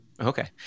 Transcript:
Okay